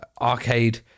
arcade